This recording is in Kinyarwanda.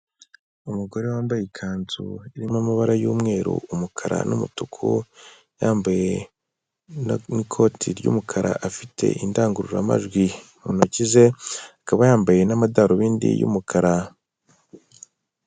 Umugore wambaye ikanzu irimo amabara y'umweru, umukara n'umutuku yambaye n'ikoti ry'umukara afite indangururamajwi mu ntoki ze akaba yambaye n'amadarubindi y'umukara.